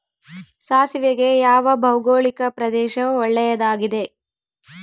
ಸಾಸಿವೆಗೆ ಯಾವ ಭೌಗೋಳಿಕ ಪ್ರದೇಶ ಒಳ್ಳೆಯದಾಗಿದೆ?